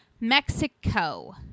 Mexico